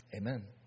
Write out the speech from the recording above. Amen